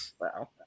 Wow